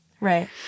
Right